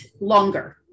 longer